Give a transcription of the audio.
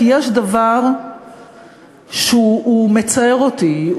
כי יש דבר שמצער אותי,